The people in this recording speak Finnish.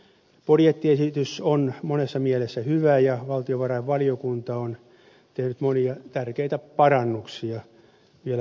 budjettiesitys on monessa mielessä hyvä ja valtiovarainvaliokunta on tehnyt vielä monia tärkeitä parannuksia budjettiesitykseen